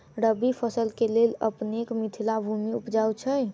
रबी फसल केँ लेल अपनेक मिथिला भूमि उपजाउ छै